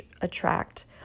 attract